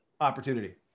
opportunity